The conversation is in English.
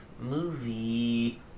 movie